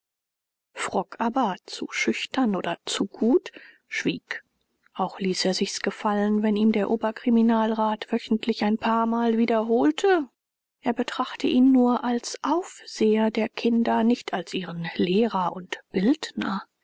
frock aber zu schüchtern oder zu gut schwieg auch ließ er sich's gefallen wenn ihm der herr oberkriminalrat wöchentlich ein paarmal wiederholte er betrachte ihn nur als aufseher der kinder nicht als ihren lehrer und bildner